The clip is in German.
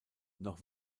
noch